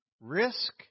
risk